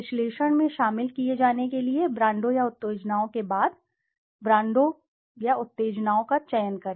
विश्लेषण में शामिल किए जाने के लिए ब्रांडों या उत्तेजनाओं के बाद ब्रांडों या उत्तेजनाओं का चयन करें